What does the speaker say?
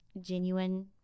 genuine